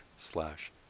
slash